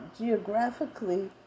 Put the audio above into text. Geographically